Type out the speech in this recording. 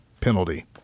penalty